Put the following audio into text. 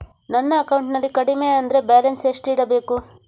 ನನ್ನ ಅಕೌಂಟಿನಲ್ಲಿ ಕಡಿಮೆ ಅಂದ್ರೆ ಬ್ಯಾಲೆನ್ಸ್ ಎಷ್ಟು ಇಡಬೇಕು?